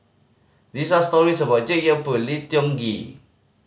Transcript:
this are stories about Jek Yeun Thong Lim Tiong Ghee